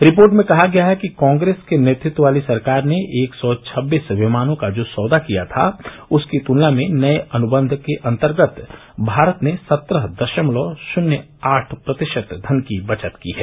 report में कहा गया है कि कांग्रेस के नेतृत्व वाली सरकार ने एक सौ छबीस विमानों का जो सौदा किया था उसकी तुलना में नये अनुबंध के अंतर्गत भारत ने सत्रह दशमलव शून्य आठ प्रतिशत धन की बचत की है